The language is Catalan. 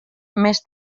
més